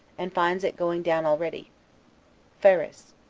and finds it going down already phares.